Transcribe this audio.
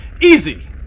Easy